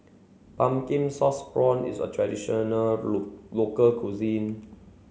Pumpkin Sauce Prawns is a traditional local cuisine